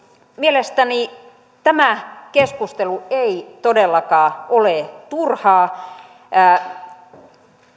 mielestäni tämä keskustelu ei todellakaan ole turhaa